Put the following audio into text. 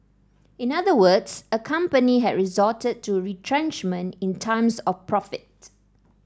in other words a company had resorted to retrenchment in times of profit